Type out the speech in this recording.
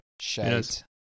Shades